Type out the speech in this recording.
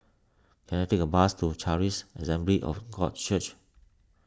can I take a bus to Charis Assembly of God Church